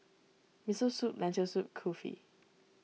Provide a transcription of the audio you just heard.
Miso Soup Lentil Soup Kulfi